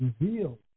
reveal